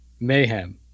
Mayhem